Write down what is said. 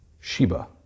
Sheba